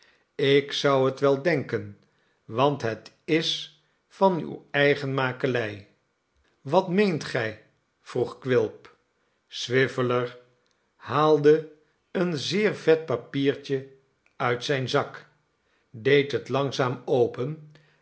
ik zou het wel denken want het is van uw eigen makelij wat meent gij vroeg quilp swiveller haalde een zeer vet papiertje uit zijn zak deed het langzaam open